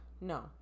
No